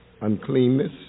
uncleanness